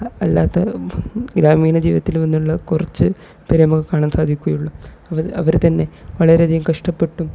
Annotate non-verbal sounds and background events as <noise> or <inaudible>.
അല്ലാത്ത ഗ്രാമീണ ജീവിതത്തിൽ നിന്നുള്ള കുറച്ച് <unintelligible> കാണാൻ സാധിക്കുകയുള്ളു അവർ അവർ തന്നെ വളരെയധികം കഷ്ടപ്പെട്ടും